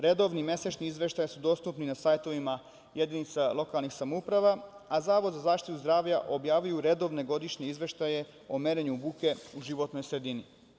Redovni, mesečni izveštaji su dostupni na sajtovima jedinca lokalnih samouprava, a Zavod za zaštitu zdravlja objavljuju redovne godišnje izveštaje o merenju buke u životnoj sredini.